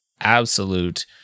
absolute